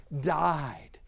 died